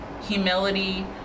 humility